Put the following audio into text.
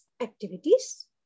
activities